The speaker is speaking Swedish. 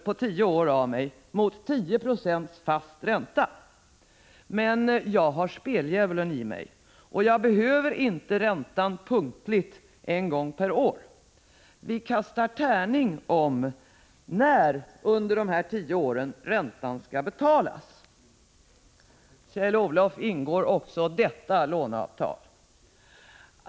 på tio år av mig mot 10 96 fast ränta. Men jag har speldjävulen i mig och behöver inte räntan punktligt en gång per år. Vi kastar tärning om när, under de här tio åren, räntan skall betalas. Kjell-Olof ingår också detta låneavtal.